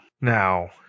now